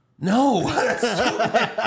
No